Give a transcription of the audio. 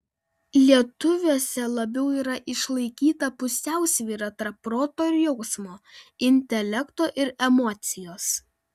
lietuviuose labiau yra išlaikyta pusiausvyra tarp proto ir jausmo intelekto ir emocijos